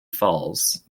falls